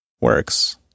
works